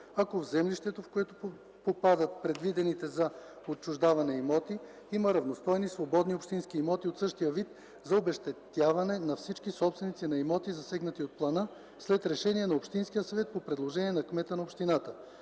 ако в землището, в което попадат предвидените за отчуждаване имоти, има равностойни свободни общински имоти от същия вид за обезщетяване на всички собственици на имоти, засегнати от плана, след решение на общинския съвет по предложение на кмета на общината.